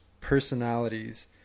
personalities